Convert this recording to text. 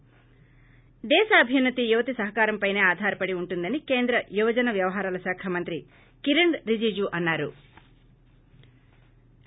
ి దేశాభ్యున్నతి యువత సహకారంపైనే ఆధారపడి ఉంటుందని కేంద్ర యువజన వ్యవహారాల శాఖ మంత్రి కిరణ్ రిజిజు అన్నారు